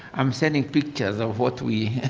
i'm sending pictures of what we